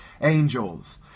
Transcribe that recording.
angels